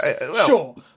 Sure